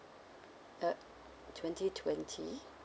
uh twenty twenty